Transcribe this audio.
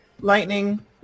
lightning